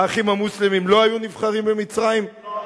"האחים המוסלמים" לא היו נבחרים במצרים?